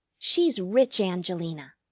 she's rich angelina.